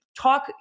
Talk